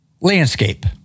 Landscape